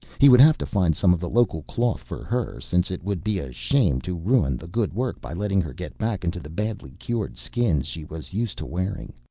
he would have to find some of the local cloth for her since it would be a shame to ruin the good work by letting her get back into the badly cured skins she was used to wearing.